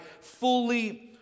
fully